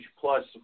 plus